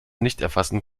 nichterfassen